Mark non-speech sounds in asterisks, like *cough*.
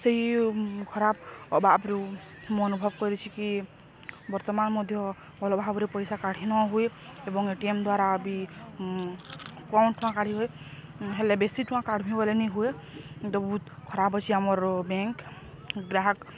ସେଇ ଖରାପ ଅଭାବରୁ ମୁଁ ଅନୁଭବ କରିଛି କି ବର୍ତ୍ତମାନ ମଧ୍ୟ ଭଲ ଭାବରେ ପଇସା କାଢ଼ି ନହୁୁଏ ଏବଂ ଏ ଟି ଏମ୍ ଦ୍ଵାରା ବି *unintelligible* ଟଙ୍କା କାଢ଼ି ହୁଏ ହେଲେ ବେଶୀ ଟଙ୍କା କାଢ଼ି ଗଲେନି ହୁଏ କି ତ ବହୁତ ଖରାପ ଅଛି ଆମର ବ୍ୟାଙ୍କ ଗ୍ରାହକ